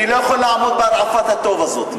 אני לא יכול לעמוד בהרעפת הטוב הזאת.